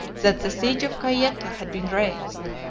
that the siege of gayeta had been raised,